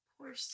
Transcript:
poor